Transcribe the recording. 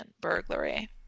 burglary